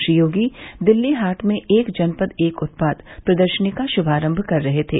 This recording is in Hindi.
श्री योगी दिल्ली हाट में एक जनपद एक उत्पाद प्रदर्शनी का श्मारम्भ कर रहे थे